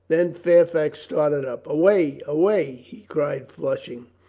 then fairfax started up. away! away! he cried, flushing.